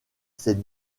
ses